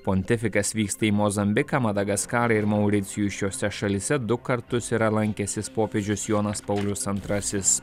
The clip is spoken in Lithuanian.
pontifikas vyksta į mozambiką madagaskarą ir mauricijų šiose šalyse du kartus yra lankęsis popiežius jonas paulius antrasis